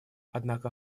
однако